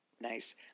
Nice